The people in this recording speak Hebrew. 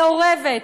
מעורבת,